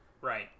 right